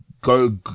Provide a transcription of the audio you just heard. go